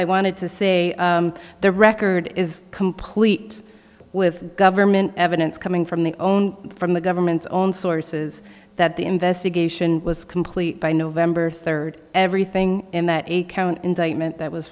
i wanted to say the record is complete with government evidence coming from the own from the government's own sources that the investigation was complete by november third everything in that eight count indictment that was